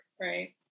Right